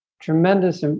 Tremendous